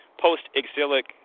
post-exilic